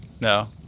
No